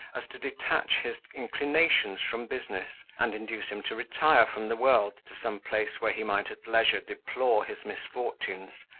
as to detach his inclinations from business, and induce him to retire from the world to some place where he might at leisure deplore his misfortunes,